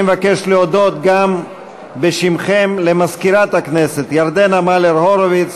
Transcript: אני מבקש להודות גם בשמכם למזכירת הכנסת ירדנה מלר-הורוביץ,